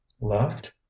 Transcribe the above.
left